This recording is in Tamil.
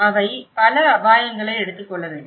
அவை பல அபாயங்களை எடுத்துக்கொள்ள வேண்டும்